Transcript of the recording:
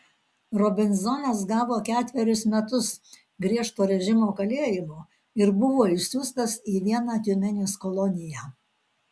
robinzonas gavo ketverius metus griežto režimo kalėjimo ir buvo išsiųstas į vieną tiumenės koloniją